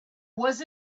was